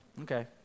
Okay